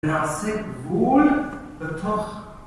נעשה וול בתוך.